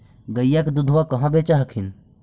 गईया के दूधबा कहा बेच हखिन?